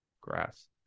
grass